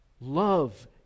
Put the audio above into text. love